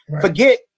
Forget